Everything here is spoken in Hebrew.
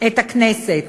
את הכנסת.